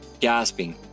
Gasping